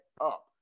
up